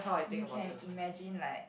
you can imagine like